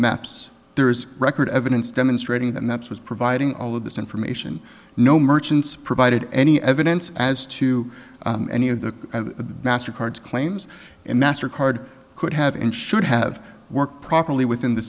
maps there's record evidence demonstrating that that's was providing all of this information no merchants provided any evidence as to any of the master cards claims in master card could have and should have worked properly within the